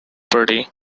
party